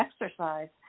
exercise